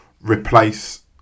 replace